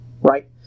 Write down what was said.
right